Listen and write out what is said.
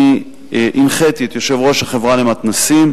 אני הנחיתי את יושב-ראש החברה למתנ"סים,